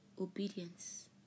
Obedience